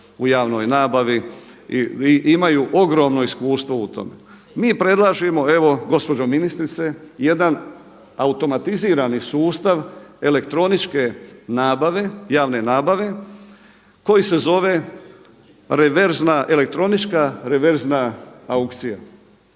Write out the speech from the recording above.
u javnoj nabavi i imaju ogromno iskustvo u tome. Mi predlažemo evo gospođo ministrice jedan automatizirani sustav elektroničke nabave, javne nabave koji se zove reverzna elektronička, reverzna aukcija.